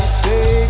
say